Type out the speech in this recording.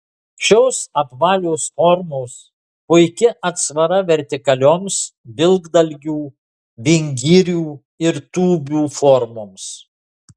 šios apvalios formos puiki atsvara vertikalioms vilkdalgių vingirių ir tūbių formoms